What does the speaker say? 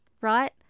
right